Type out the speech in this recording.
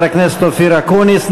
חבר הכנסת אופיר אקוניס.